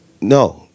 No